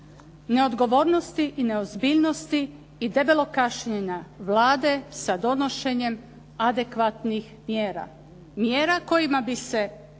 neodgovornosti i neozbiljnosti i debelog kašnjenja Vlade sa donošenjem adekvatnih mjera. Mjera kojima bi se